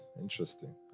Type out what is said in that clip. Interesting